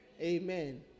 Amen